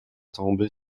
tomber